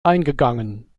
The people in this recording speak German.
eingegangen